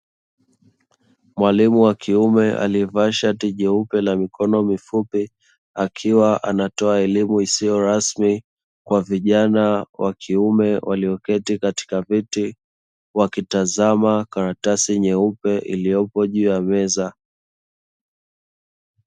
Mwalimu wa kiume aliyevaa shati nyeupe na mikono mifupi akiwa anatoa elimu isiyo rasmi kwa vijana wa kiume walioketi katika viti, wakitazama karatasi nyeupe iliyopo juu ya meza.